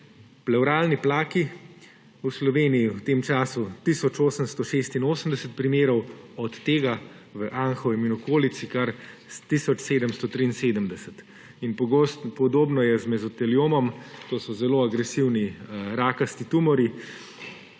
plevralni plaki, v Sloveniji v tem času tisoč 886 primerov, od tega v Anhovem in okolici kar tisoč 773; in podobno je z mezoteliomom, to so zelo agresivni rakasti tumorji,